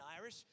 Irish